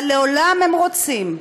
אבל לעולם הם רוצים,